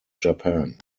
japan